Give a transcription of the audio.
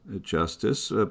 justice